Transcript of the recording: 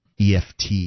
EFT